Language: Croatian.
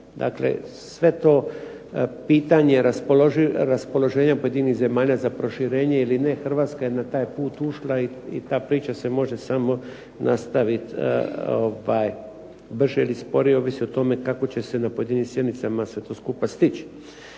Dakle sve to pitanje raspoloženja pojedinih zemalja za proširenje ili ne, Hrvatska je na taj put ušla i ta priča se može samo nastaviti brže ili sporije, ovisi o tome kako će se na pojedinim sjednicama sve to skupa stići.